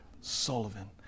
Sullivan